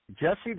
Jesse